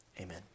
amen